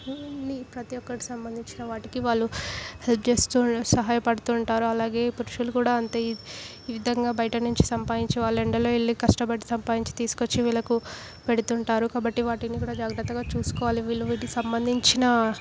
అన్ని ప్రతి ఒక్కటి సంబంధించిన వాటికి వాళ్ళు హెల్ప్ చేస్తూ సహాయపడుతుంటారు అలాగే పురుషులు కూడా అంతే ఈ ఈ విధంగా బయట నుంచి సంపాదించి వాళ్ళ ఎండలో వెళ్ళి కష్టపడి సంపాదించి తీసుకొచ్చి వీళ్ళకు పెడుతుంటారు కాబట్టి వాటిని కూడా జాగ్రత్తగా చూసుకోవాలి వీళ్ళు వీటికి సంబంధించిన